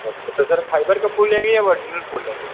अच्छा तो sir fibre का फूल लेंगे या ओरिजिनल फूल लेंगे